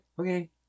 Okay